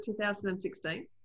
2016